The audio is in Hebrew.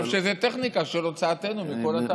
ואני חושב שזו טכניקה של הוצאתנו מכל התהליך הזה.